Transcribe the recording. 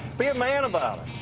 be a man about it.